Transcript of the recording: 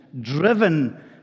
driven